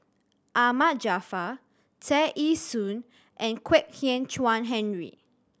Ahmad Jaafar Tear Ee Soon and Kwek Hian Chuan Henry